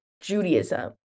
Judaism